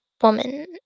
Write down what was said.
Woman